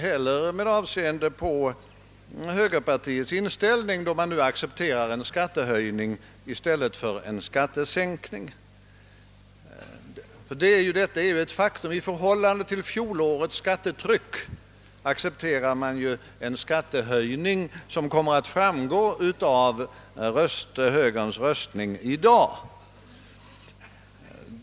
Tydligen har inte högerpartiet samma inställning som då, eftersom man nu accepterar en skattehöjning i förhållande till fjolårets skattetryck. Detta är ett faktum som kommer att framgå av högerledamöternas röstning i dag.